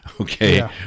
Okay